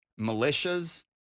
militias